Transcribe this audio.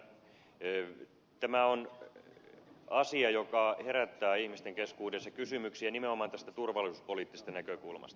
tämä on asia joka herättää ihmisten keskuudessa kysymyksiä nimenomaan turvallisuuspoliittisesta näkökulmasta